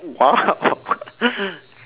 !wow!